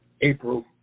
April